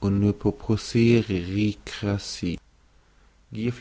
on ne